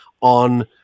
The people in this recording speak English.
on